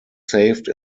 saved